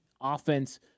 offense